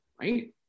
Right